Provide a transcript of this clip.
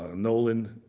ah nolan,